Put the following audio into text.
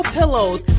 pillows